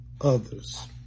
others